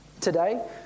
Today